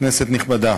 כנסת נכבדה,